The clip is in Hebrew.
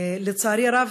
לצערי הרב,